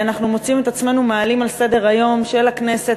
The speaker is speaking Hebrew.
אנחנו מוצאים את עצמנו מעלים על סדר-היום של הכנסת